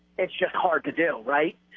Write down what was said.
it's just hard to do, right?